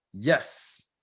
Yes